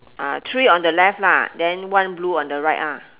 ah three on the left lah then one blue on the right ah